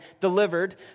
delivered